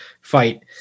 fight